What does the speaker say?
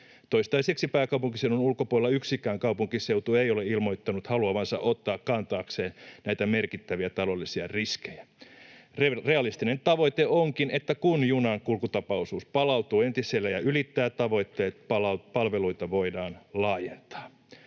Toistaiseksi pääkaupunkiseudun ulkopuolella yksikään kaupunkiseutu ei ole ilmoittanut haluavansa ottaa kantaakseen näitä merkittäviä taloudellisia riskejä. Realistinen tavoite onkin, että kun junan kulkutapaosuus palautuu entiselleen ja ylittää tavoitteet, palveluita voidaan laajentaa.